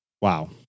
Wow